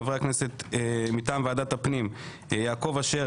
חברי הכנסת מטעם ועדת הפנים: יעקב אשר,